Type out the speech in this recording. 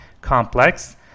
complex